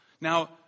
Now